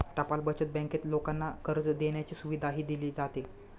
टपाल बचत बँकेत लोकांना कर्ज देण्याची सुविधाही दिली जाते